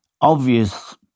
obvious